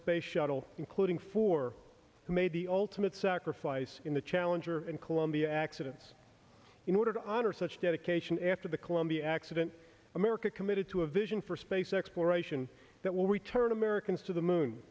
space shuttle including four who made the ultimate sacrifice in the challenger and columbia accidents in order to honor such dedication after the columbia accident america committed to a vision for space exploration that will return americans to the moon